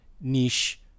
niche